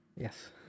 yes